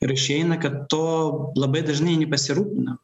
ir išeina kad tuo labai dažnai nepasirūpinam